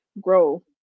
grow